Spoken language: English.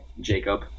Jacob